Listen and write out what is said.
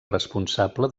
responsable